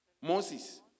Moses